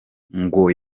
n’umugore